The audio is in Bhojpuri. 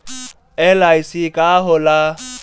एल.आई.सी का होला?